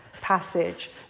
passage